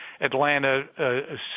Atlanta